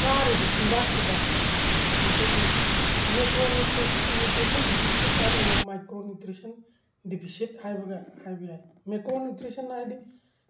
ꯆꯥꯔꯤꯕ ꯆꯤꯟꯖꯥꯛꯁꯤꯗ ꯑꯩꯈꯣꯏꯒꯤ ꯃꯦꯀ꯭ꯔꯣ ꯅ꯭ꯌꯨꯇ꯭ꯔꯤꯁꯟ ꯗꯤꯐꯤꯁꯤꯠ ꯍꯥꯏꯕ ꯑꯃꯗ ꯃꯥꯏꯀ꯭ꯔꯣ ꯅ꯭ꯌꯨꯇ꯭ꯔꯤꯁꯟ ꯗꯤꯐꯤꯁꯤꯠ ꯍꯥꯏꯕꯒ ꯍꯥꯏꯕ ꯌꯥꯏ ꯃꯦꯀ꯭ꯔꯣ ꯅ꯭ꯌꯨꯇ꯭ꯔꯤꯁꯟ ꯍꯥꯏꯗꯤ